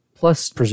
Plus